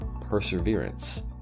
perseverance